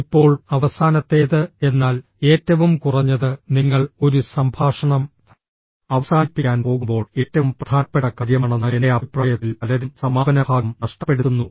ഇപ്പോൾ അവസാനത്തേത് എന്നാൽ ഏറ്റവും കുറഞ്ഞത് നിങ്ങൾ ഒരു സംഭാഷണം അവസാനിപ്പിക്കാൻ പോകുമ്പോൾ ഏറ്റവും പ്രധാനപ്പെട്ട കാര്യമാണെന്ന എന്റെ അഭിപ്രായത്തിൽ പലരും സമാപന ഭാഗം നഷ്ടപ്പെടുത്തുന്നു